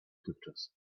tychczas